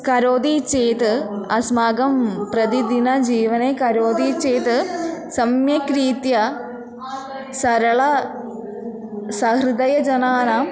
करोति चेत् अस्माकं प्रतिदिनं जीवने करोति चेत् सम्यक् रीत्या सरलं सहृदयजनानां